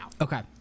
Okay